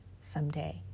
someday